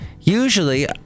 usually